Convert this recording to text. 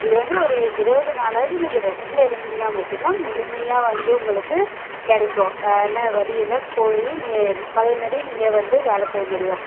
இது வந்து ஒரு இருபது நாளாவது நீங்கள் ரெஸ்ட்டில் இருந்தீங்கனா மட்டும்தான் முழுமையாக வந்து உங்களுக்கு கிடைக்கும் என்ன வலி எல்லாம் போய் நீங்கள் பழைய மாதிரியே நீங்கள் வந்து வேலை செய்ய முடியும்